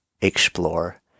explore